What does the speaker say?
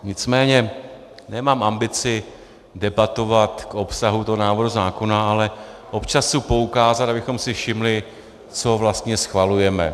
Nicméně nemám ambici debatovat k obsahu tohoto návrhu zákona, ale občas chci poukázat, abychom si všimli, co vlastně schvalujeme.